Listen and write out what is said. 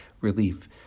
Relief